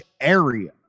area